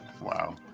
Wow